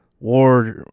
war